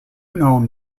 known